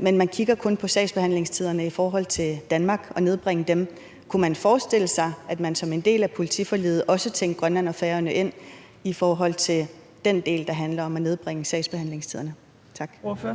Men man kigger kun på at nedbringe sagsbehandlingstiderne i Danmark. Kunne man forestille sig, at man som en del af politiforliget også tænkte Grønland og Færøerne ind i forhold til den del, der handler om at nedbringe sagsbehandlingstiderne? Kl.